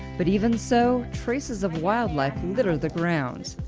but even so, traces of wildlife litter the ground,